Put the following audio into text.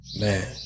Man